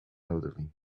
elderly